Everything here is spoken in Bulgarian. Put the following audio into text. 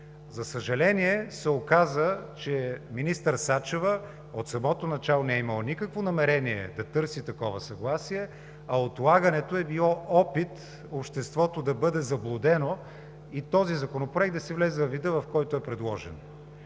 За съжаление, се оказа, че министър Сачева от самото начало не е имала никакво намерение да търси такова съгласие, а отлагането е било опит обществото да бъде заблудено и този законопроект да си влезе във вида, в който е предложен.